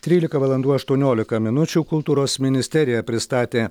trylika valandų aštuoniolika minučių kultūros ministerija pristatė